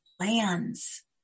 lands